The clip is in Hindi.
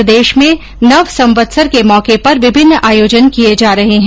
प्रदेश में नवसंवत्सर के मौके पर विभिन्न आयोजन किये जा रहे है